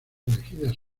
elegidas